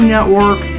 Network